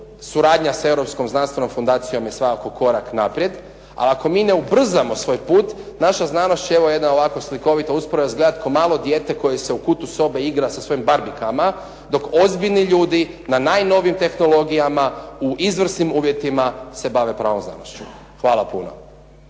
suradnja s Europskom znanstvenom fundacijom je svakako korak naprijed, a ako mi ne ubrzamo svoj put naša znanost će evo jedna ovako slikovita usporedba izgledati kao malo dijete koje se u kutu sobe igra sa svojim barbikama dok ozbiljni ljudi na najnovijim tehnologijama u izvrsnim uvjetima se bave pravom znanošću. Hvala puno.